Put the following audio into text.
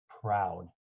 proud